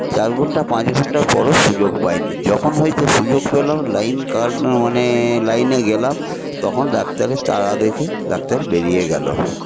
চার ঘন্টা পাঁচ ঘন্টা পরেও সুযোগ পাইনি যখন হয়েছে সুযোগ পেলাম লাইন কাটল মানে লাইনে গেলাম তখন ডাক্তারের তাড়া দেখে ডাক্তার বেরিয়ে গেল